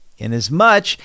Inasmuch